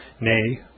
nay